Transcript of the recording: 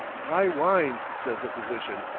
high wines, says the physician,